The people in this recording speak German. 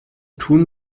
tun